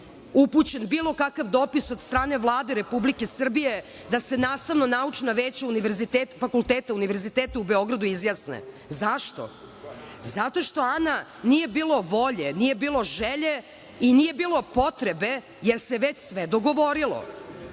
upućen bilo kakav dopis od strane Vlade Republike Srbije da se nastavno-naučna veća fakulteta univerziteta u Beogradu izjasne? Zašto? Zato što, Ana, nije bilo volje, nije bilo želje i nije bilo potrebe, jer se već sve dogovorilo. Ja